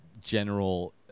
general